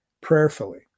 prayerfully